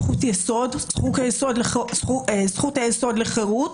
זאת זכות יסוד לחירות.